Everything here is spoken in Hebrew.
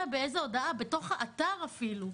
באיזה הודעה שנמצאת בתוך האתר אפילו.